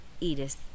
edith